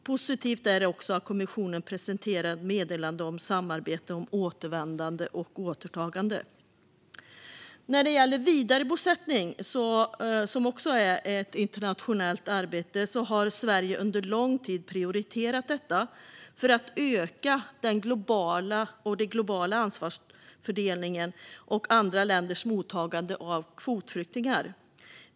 Positivt är också att kommissionen presenterat ett meddelande om samarbete om återvändande och återtagande. Sverige har under lång tid prioriterat vidarebosättning, som också är ett internationellt arbete, för att öka den globala ansvarsfördelningen och andra länders mottagande av kvotflyktingar.